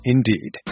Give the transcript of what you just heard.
Indeed